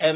M